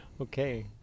Okay